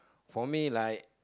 for me like